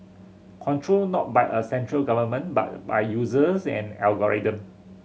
controlled not by a central government but by users and algorithm